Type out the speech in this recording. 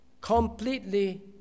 Completely